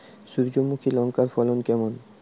সূর্যমুখী লঙ্কার ফলন কেমন?